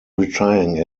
retiring